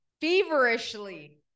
feverishly